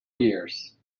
years